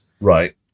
right